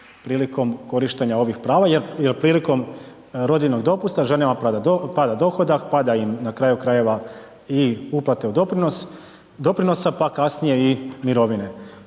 prilikom korištenja ovih prava jer, jer prilikom rodiljnog dopusta ženama pada dohodak, pada im na kraju krajeva i uplate u doprinos, doprinosa, pa kasnije i mirovine.